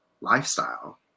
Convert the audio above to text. lifestyle